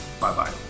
Bye-bye